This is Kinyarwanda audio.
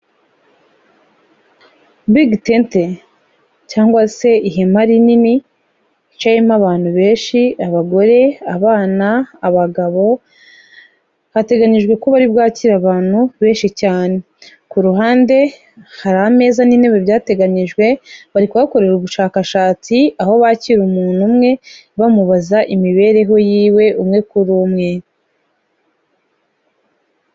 Big tente cyangwa se ihema rinini cmo abantu benshi abagore abana abagabo hateganijwe ko bari bwakira abantu benshi cyane ku ruhande hari ameza nini byateganyijwe bari kuhakorera ubushakashatsi aho bakira umuntu umwe bamubaza imibereho yiwe umwe kuri umwe.